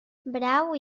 brau